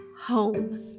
home